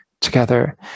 together